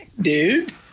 dude